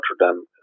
Rotterdam